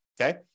okay